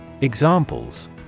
Examples